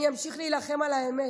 אני אמשיך להילחם על האמת,